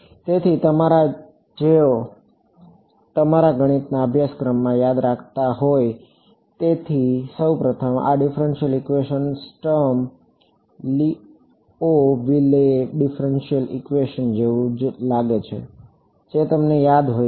તેથી તમારામાંના જેઓ તમારા ગણિતના અભ્યાસક્રમોમાંથી યાદ રાખતા હોય તેમાંથી સૌ પ્રથમ આ differential equation Sturm Liouville differential equation જેવું જ લાગે છે જો તમને તે યાદ હોય